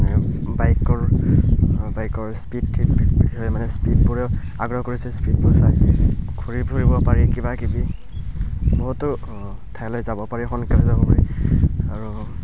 মানে বাইকৰ বাইকৰ স্পীড এই মানে স্পীডবোৰে আগ্ৰহ কৰিছে স্পীডবোৰ চাই ঘূৰি ফুৰিব পাৰি কিবাকিবি বহুতো ঠাইলৈ যাব পাৰি সোনকালে যাব পাৰি আৰু